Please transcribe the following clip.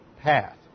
path